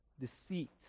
Deceit